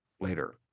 later